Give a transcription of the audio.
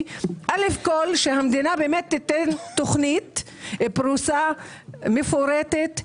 שהמדינה באמת תיתן תוכנית פרוסה מפורטת,